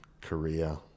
korea